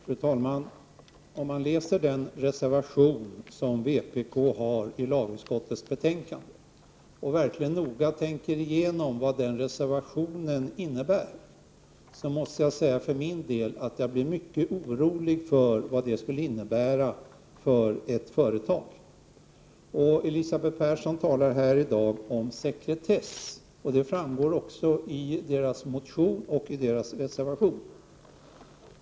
Fru talman! Om man läser den reservation som vpk har fogat till lagutskottets betänkande och verkligen noga tänker igenom vad den reservationen innebär, måste man, som jag för min del ser det, bli mycket orolig över vad det skulle betyda för ett företag. Elisabeth Persson talar här i dag om sekretess, och det gör vpk också i sin motion och reservation.